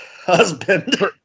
husband